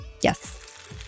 Yes